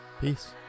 Peace